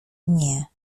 nie